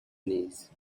knees